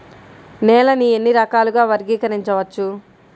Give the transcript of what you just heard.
నేలని ఎన్ని రకాలుగా వర్గీకరించవచ్చు?